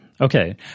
Okay